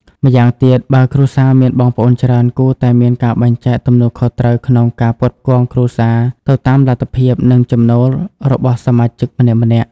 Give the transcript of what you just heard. ម្យ៉ាងទៀត បើគ្រួសារមានបងប្អូនច្រើន គួរតែមានការបែងចែកទំនួលខុសត្រូវក្នុងការផ្គត់ផ្គង់គ្រួសារទៅតាមលទ្ធភាព និងចំណូលរបស់សមាជិកម្នាក់ៗ។